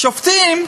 השופטים,